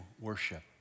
worship